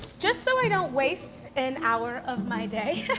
just so i don't waste an hour of my day,